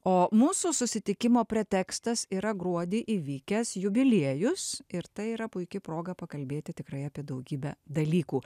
o mūsų susitikimo pretekstas yra gruodį įvykęs jubiliejus ir tai yra puiki proga pakalbėti tikrai apie daugybę dalykų